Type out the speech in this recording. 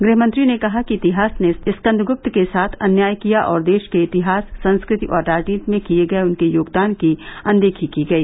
गृहमंत्री ने कहा कि इतिहास ने स्कदगुप्त के साथ अन्याय किया और देश के इतिहास संस्कृति और राजनीति में किये गये उनके योगदान की अनदेखी की गई